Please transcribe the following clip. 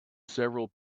several